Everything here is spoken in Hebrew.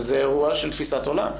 וזה אירוע של תפיסת עולם.